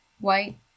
White